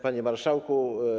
Panie Marszałku!